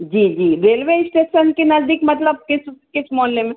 जी जी railway station के नज़दीक मतलब किस किस मोहल्ले में